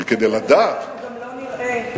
בקצב הזה אנחנו גם לא נראה.